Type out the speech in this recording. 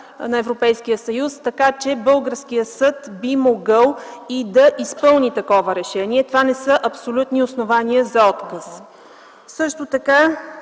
на Европейския съюз, така че българският съд би могъл и да изпълни такова решение. Това не са абсолютни основания за отказ. Що се